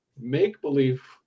make-believe